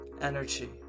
Energy